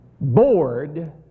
bored